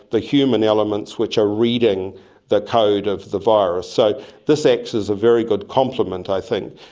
the human elements which are reading the code of the virus. so this acts as a very good compliment i think.